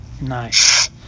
nice